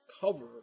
cover